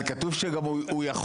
אבל כתוב שהוא יכול,